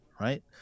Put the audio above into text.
right